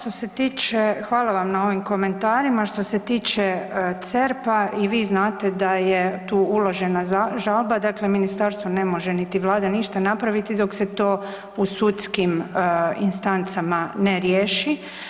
Kao prvo, što se tiče, hvala vam na ovim komentarima, što se tiče CERP-a, i vi znate da je tu uložena žalba, dakle ministarstvo ne može niti Vlada ništa napraviti dok se to u sudskim instancama ne riješi.